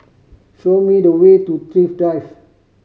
show me the way to Thrift Drive